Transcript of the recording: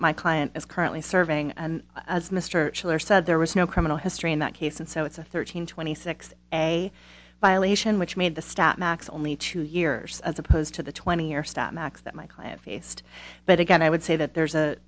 that my client is currently serving and as mr shiller said there was no criminal history in that case and so it's a thirteen twenty six a violation which made the stat max only two years as opposed to the twenty or stat max that my client faced but again i would say that there's a